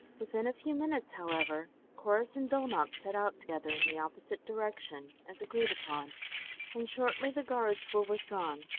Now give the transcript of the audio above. within a few minutes however, corrus and dulnop set out together in the opposite direction, as agreed upon and shortly the guards were withdrawn.